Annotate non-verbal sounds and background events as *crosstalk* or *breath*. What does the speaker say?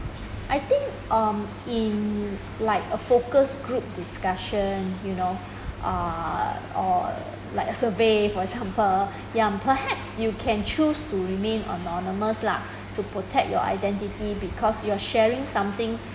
I think um in like a focus group discussion you know *breath* err or like a survey for example ya perhaps you can choose to remain anonymous lah *breath* to protect your identity because you are sharing something